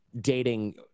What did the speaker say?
dating